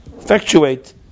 effectuate